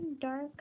dark